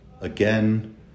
again